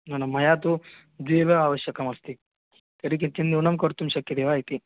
न न मया तु द्वे आवश्यके स्तः तरि किञ्चिन् न्यूनं कर्तुं शक्यते वा इति